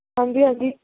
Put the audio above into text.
ਹਾਂਜੀ ਹਾਂਜੀ